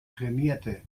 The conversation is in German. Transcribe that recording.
trainierte